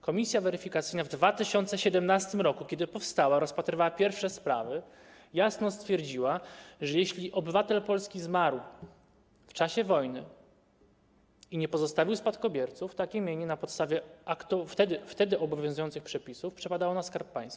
Komisja weryfikacyjna w 2017 r., kiedy powstała i rozpatrywała pierwsze sprawy, jasno stwierdziła, że jeśli obywatel Polski zmarł w czasie wojny i nie pozostawił spadkobierców, jego mienie na podstawie wtedy obowiązujących przepisów przepadało na rzecz Skarbu Państwa.